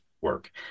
work